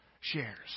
shares